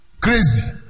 crazy